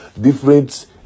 different